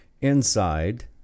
inside